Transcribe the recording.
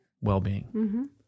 well-being